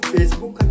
Facebook